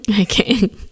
Okay